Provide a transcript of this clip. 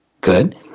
good